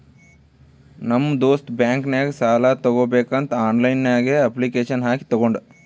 ನಮ್ ದೋಸ್ತ್ ಬ್ಯಾಂಕ್ ನಾಗ್ ಸಾಲ ತಗೋಬೇಕಂತ್ ಆನ್ಲೈನ್ ನಾಗೆ ಅಪ್ಲಿಕೇಶನ್ ಹಾಕಿ ತಗೊಂಡ್